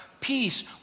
peace